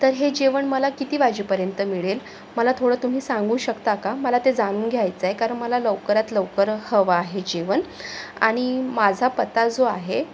तर हे जेवण मला किती वाजेपर्यंत मिळेल मला थोडं तुम्ही सांगू शकता का मला ते जाणून घ्यायचं आहे कारण मला लवकरात लवकर हवं आहे जेवण आणि माझा पत्ता जो आहे